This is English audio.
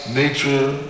nature